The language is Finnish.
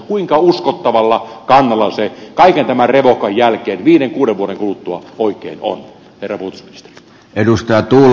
kuinka uskottavalla kannalla se kaiken tämän revohkan jälkeen viiden kuuden vuoden kuluttua oikein on herra puolustusministeri